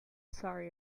sorry